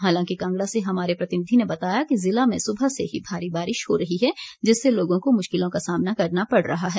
हालांकि कांगड़ा से हमारे प्रतिनिधि ने बताया है जिला में सुबह से ही भारी बारिश हो रही है जिससे लोगों को मुश्किल का सामना करना पड़ा रहा है